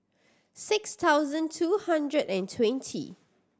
six thousand two hundred and twenty